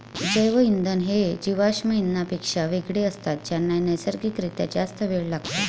जैवइंधन हे जीवाश्म इंधनांपेक्षा वेगळे असतात ज्यांना नैसर्गिक रित्या जास्त वेळ लागतो